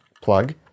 plug